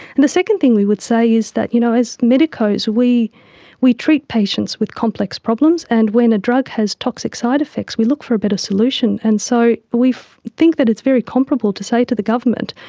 and the second thing we would say is that you know as medicos we we treat patients with complex problems, and when a drug has toxic side effects we look for a better solution. and so we think that it's very comparable to say to the government,